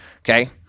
okay